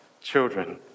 children